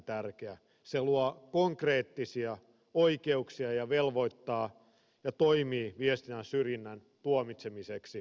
se luo konkreettisia oikeuksia ja velvoittaa ja toimii viestinä syrjinnän tuomitsemiseksi